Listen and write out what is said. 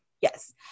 yes